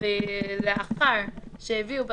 ככה כולם מסכימים שיש